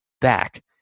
back